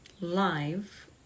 live